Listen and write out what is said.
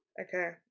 Okay